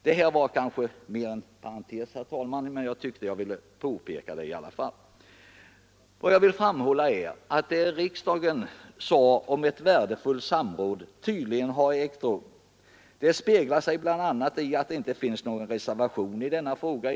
Detta var dock mera en parentes, herr talman, vad jag vill framhålla är att det uttalande som riksdagen gjorde om ett värdefullt samråd tydligen har fullföljts. Detta återspeglas bl.a. i att det inte finns någon reservation i denna fråga.